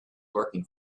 working